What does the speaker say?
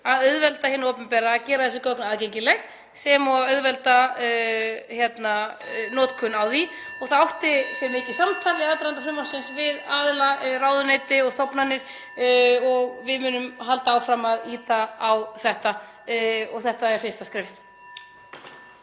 að auðvelda hinu opinbera að gera þessi gögn aðgengileg sem og að auðvelda notkunina. (Forseti hringir.) Það átti sér stað mikið samtal í aðdraganda frumvarpsins við aðila, ráðuneyti og stofnanir og við munum halda áfram að ýta á þetta og þetta er fyrsta skrefið.